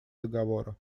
договора